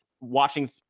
watching